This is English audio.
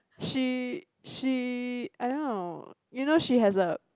she she I don't know you know she has a